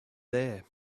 there